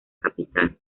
capital